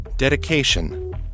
Dedication